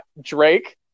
Drake